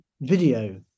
video